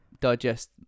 digest